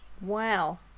wow